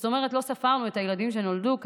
זאת אומרת, לא ספרנו את הילדים שנולדו כאן.